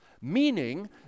meaning